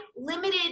limited